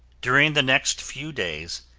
during the next few days,